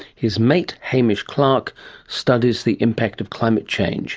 his mate hamish clarke studies the impact of climate change